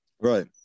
Right